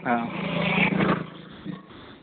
হয়